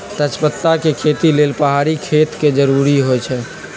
तजपत्ता के खेती लेल पहाड़ी खेत के जरूरी होइ छै